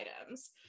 items